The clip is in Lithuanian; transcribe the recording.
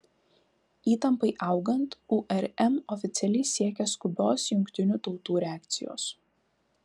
įtampai augant urm oficialiai siekia skubios jungtinių tautų reakcijos